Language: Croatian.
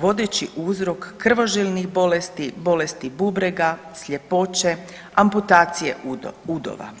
vodeći uzrok krvožilnih bolesti, bolesti bubrega, sljepoće, amputacije udova.